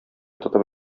тотып